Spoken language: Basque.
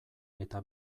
eta